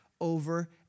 over